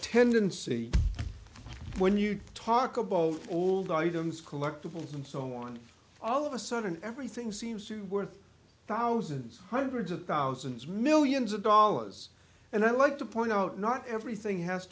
tendency when you talk about old items collectibles and so on and all of a sudden everything seems to worth thousands hundreds of thousands millions of dollars and i like to point out not everything has